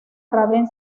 raven